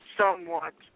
somewhat